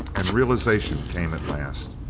and realization came at last.